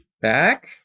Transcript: back